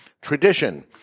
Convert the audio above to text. tradition